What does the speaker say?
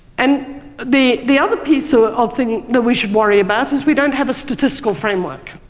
and the the other piece or ah thing that we should worry about is we don't have a statistical framework.